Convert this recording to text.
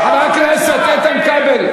חבר הכנסת איתן כבל.